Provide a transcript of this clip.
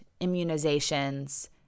immunizations